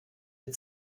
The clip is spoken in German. mit